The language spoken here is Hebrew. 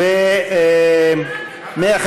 אין נמנעים.